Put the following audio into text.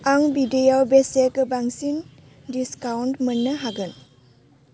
आं बिदैआव बेसे गोबांसिन डिसकाउन्ट मोन्नो हागोन